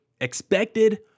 expected